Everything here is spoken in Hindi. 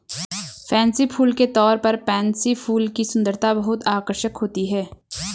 फैंसी फूल के तौर पर पेनसी फूल की सुंदरता बहुत आकर्षक होती है